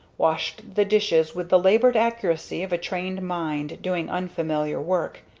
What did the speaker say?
washed the dishes with the labored accuracy of a trained mind doing unfamiliar work,